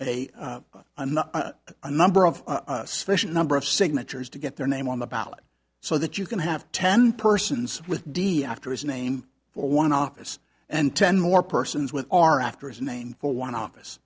not a number of sufficient number of signatures to get their name on the ballot so that you can have ten persons with d after his name for one office and ten more persons with our after his name for one office